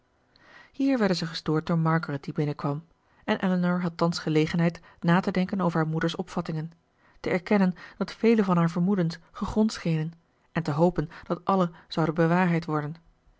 hier werden zij gestoord door margaret die binnenkwam en elinor had thans gelegenheid na te denken over haar moeder's opvattingen te erkennen dat vele van haar vermoedens gegrond schenen en te hopen dat alle zouden bewaarheid worden